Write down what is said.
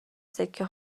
سکه